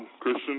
Christian